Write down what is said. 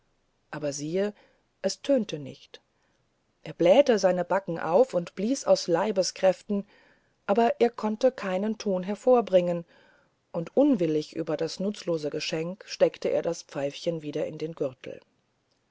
aber siehe es tönte nicht er blähte die backen auf und blies aus leibeskräften aber er konnte keinen ton hervorbringen und unwillig über das nutzlose geschenk steckte er das pfeifchen wieder in den gürtel